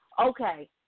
Okay